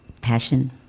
passion